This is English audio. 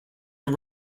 are